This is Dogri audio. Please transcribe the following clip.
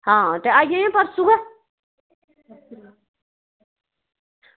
आं ते आई जायां परसों गै